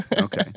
Okay